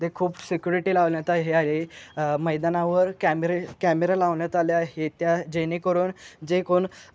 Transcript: ते खूप सिक्युरिटी लावण्यात हे आहे आहे मैदानावर कॅमेरे कॅमेरे लावण्यात आले आहे त्या जेणेकरून जे कोण